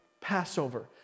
Passover